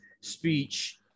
speech